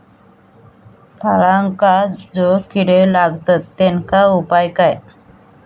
फळांका जो किडे लागतत तेनका उपाय काय?